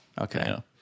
Okay